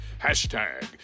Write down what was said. hashtag